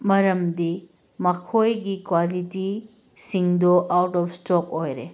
ꯃꯔꯝꯗꯤ ꯃꯈꯣꯏꯒꯤ ꯀ꯭ꯋꯥꯂꯤꯇꯤꯁꯤꯡꯗꯨ ꯑꯥꯎꯠ ꯑꯣꯐ ꯏꯁꯇꯣꯛ ꯑꯣꯏꯔꯦ